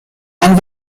ein